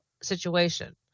situation